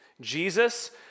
Jesus